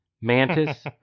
Mantis